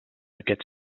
aquest